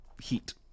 heat